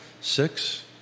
six